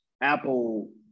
Apple